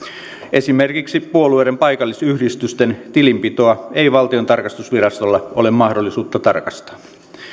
esimerkiksi puolueiden paikallisyhdistysten tilinpitoa ei valtion tarkastusvirastolla ole mahdollisuutta tarkastaa